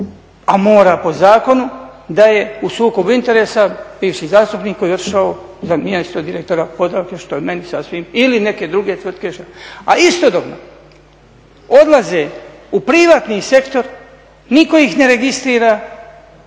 a mora po zakonu da je u sukobu interesa bivši zastupnik koji je otišao na mjesto direktora Podravke, što je meni sasvim, ili neke druge tvrtke. A istodobno odlaze u privatni sektor, nitko ih ne registrira